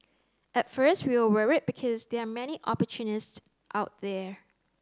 at first we were worried because there are many opportunists out there